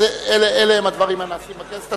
אלה הם הדברים הנעשים בכנסת.